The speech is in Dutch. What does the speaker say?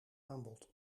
aanbod